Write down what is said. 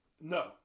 No